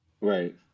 Right